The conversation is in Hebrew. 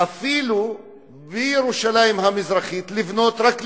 אפילו בירושלים המזרחית לבנות רק ליהודים,